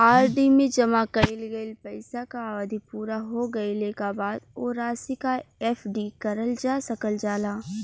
RD में जमा कइल गइल पइसा क अवधि पूरा हो गइले क बाद वो राशि क एफ.डी करल जा सकल जाला